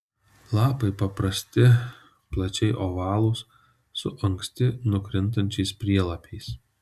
lapai paprasti plačiai ovalūs su anksti nukrintančiais prielapiais